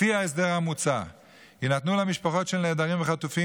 לפי ההסדר המוצע יינתנו למשפחות של נעדרים וחטופים